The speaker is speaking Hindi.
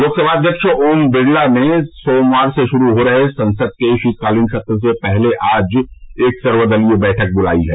लोकसभा अध्यक्ष ओम बिरला ने सोमवार से शुरू हो रहे संसद के शीतकालीन सत्र से पहले आज एक सर्वदलीय बैठक बुलाई है